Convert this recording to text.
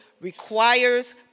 requires